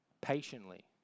patiently